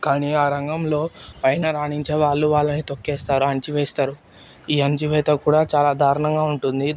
కానీ ఆ రంగంలో పైన రాణించే వాళ్ళు వాళ్ళని తొక్కేస్తారు అనిచి వేస్తారు ఈ అణిచివేత కూడా చాలా దారుణంగా ఉంటుంది